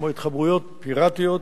כמו התחברויות פיראטיות,